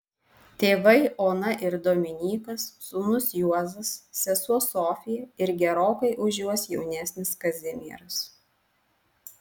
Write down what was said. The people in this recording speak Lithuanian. tėvai ona ir dominykas sūnus juozas sesuo sofija ir gerokai už juos jaunesnis kazimieras